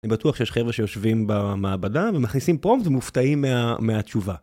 אני בטוח שיש חבר'ה שיושבים במעבדה ומכניסים prompt ומופתעים מהתשובה.